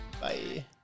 Bye